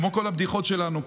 כמו כל הבדיחות שלנו,